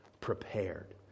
prepared